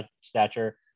stature